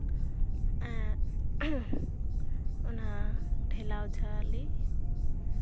ᱚᱱᱟ ᱴᱷᱮᱞᱟᱣ ᱡᱷᱟᱹᱞᱤ